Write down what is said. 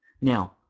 Now